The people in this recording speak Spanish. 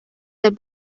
del